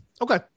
okay